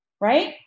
Right